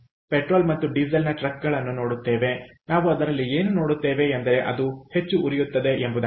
petrol ಮತ್ತು ಡೀಸೆಲ್ನ ಟ್ರಕ್ಗಳನ್ನು ನೋಡುತ್ತೇವೆ ನಾವು ಅದರಲ್ಲಿ ಏನು ನೋಡುತ್ತೇವೆ ಎಂದರೆ ಅದು ಹೆಚ್ಚು ಉರಿಯುತ್ತದೆ ಎಂಬುದಾಗಿದೆ